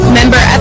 member